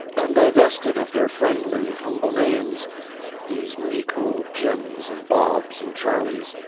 and divested of their friendly, humble names these meek old jims and bobs and charleys,